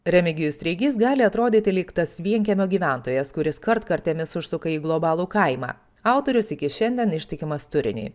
remigijus treigys gali atrodyti lyg tas vienkiemio gyventojas kuris kartkartėmis užsuka į globalų kaimą autorius iki šiandien ištikimas turiniui